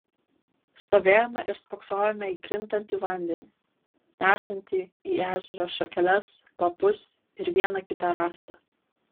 stovėjome ir spoksojome į krintantį vandenį nešantį į ežerą šakeles lapus ir vieną kitą rąstą